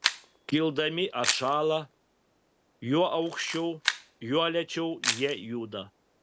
kildami atšąla juo aukščiau juo lėčiau jie juda